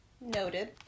Noted